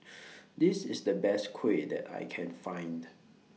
This IS The Best Kuih that I Can Find